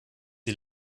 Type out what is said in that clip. die